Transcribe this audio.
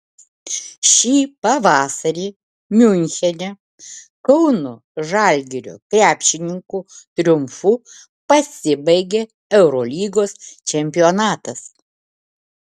šį pavasarį miunchene kauno žalgirio krepšininkų triumfu pasibaigė eurolygos čempionatas